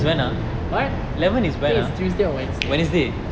what I think is tuesday or wednesday